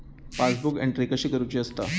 Passbook entry कशी करुची असता?